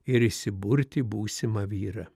ir išsiburti būsimą vyrą